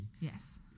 Yes